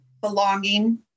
belonging